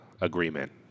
agreement